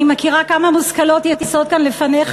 אני מכירה כמה מושכלות יסוד כאן לפניך